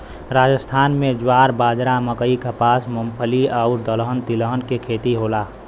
राजस्थान में ज्वार, बाजरा, मकई, कपास, मूंगफली आउर दलहन तिलहन के खेती होला